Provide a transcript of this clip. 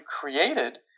created